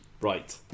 Right